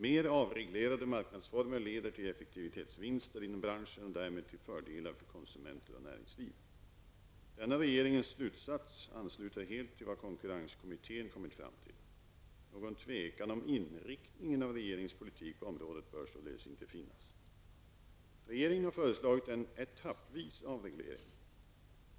Mer avreglerade marknadsformer leder till effektiviseringsvinster inom branschen och därmed till fördelar för konsumenter och näringsliv. Denna regeringens slutsats ansluter helt till vad konkurrenskommittén kommit fram till. Någon tvekan om inriktningen av regeringens politik på området bör således inte finnas. Regeringen har föreslagit en etappvis avreglering.